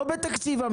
לא בתקציב המדינה,